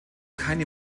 keine